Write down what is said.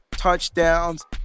touchdowns